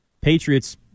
Patriots